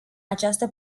această